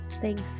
Thanks